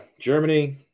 Germany